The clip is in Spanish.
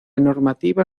normativa